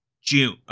June